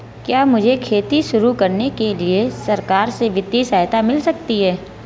क्या मुझे खेती शुरू करने के लिए सरकार से वित्तीय सहायता मिल सकती है?